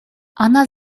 она